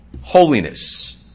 holiness